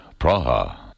Praha